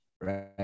right